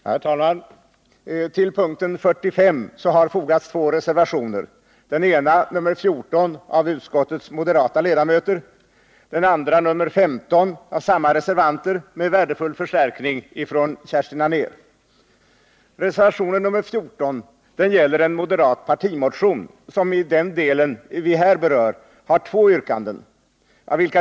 Herr talman! Till punkten 45 har fogats två reservationer, den ena nr 14 av utskottets moderata ledamöter, den andra nr 15 av samma reservanter, med värdefull förstärkning från Kerstin Anér. Reservationen 14 gäller en moderat partimotion, som i den del vi här berör har två yrkanden.